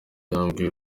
yambwiye